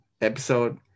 episode